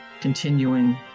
continuing